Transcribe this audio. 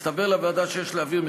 הסתבר לוועדה שיש להבהיר,